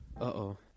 Uh-oh